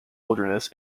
wilderness